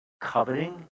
coveting